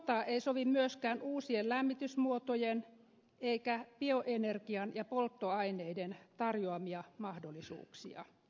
unohtaa ei sovi myöskään uusien lämmitysmuotojen eikä bioenergian ja polttoaineiden tarjoamia mahdollisuuksia